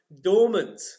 dormant